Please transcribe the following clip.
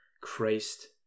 Christ